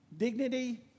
Dignity